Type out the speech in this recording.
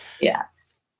Yes